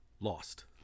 lost